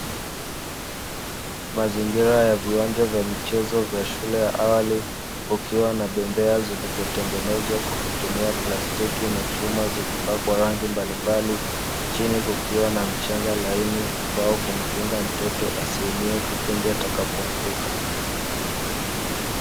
Mazingira ya viwanja vya michezo vya shule ya awali, kukiwa na bembea zilizotengenezwa kwa kutumia plastiki na chuma, zikipakwa rangi mbalimbali. Chini kukiwa na mchanga laini ambao kumkinga mtoto, asiumie kipindi atakapoanguka.